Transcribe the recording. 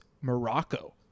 morocco